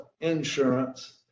insurance